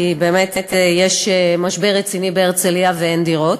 כי באמת יש משבר רציני בהרצליה ואין דירות,